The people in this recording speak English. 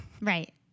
Right